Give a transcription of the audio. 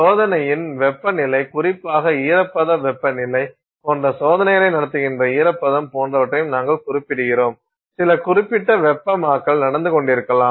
சோதனையின் வெப்பநிலை குறிப்பாக ஈரப்பதம் வெப்பநிலை போன்ற சோதனைகளை நடத்துகின்ற ஈரப்பதம் போன்றவற்றையும் நாங்கள் குறிப்பிடுகிறோம் சில குறிப்பிட்ட வெப்பமாக்கல் நடந்து கொண்டிருக்கலாம்